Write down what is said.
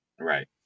Right